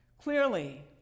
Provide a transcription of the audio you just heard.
Clearly